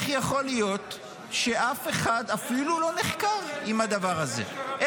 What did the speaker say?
היה שם עצור אחד בבית ליד?